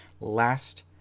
last